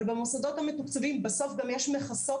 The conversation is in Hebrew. אבל במוסדות המתוקצבים בסוף גם יש מכסות